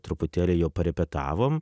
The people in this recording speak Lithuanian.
truputėlį jau parepetavom